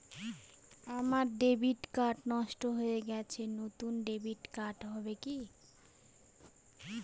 আমার debit card নষ্ট হয়ে গেছে নূতন ডেবিট কার্ড হবে কি?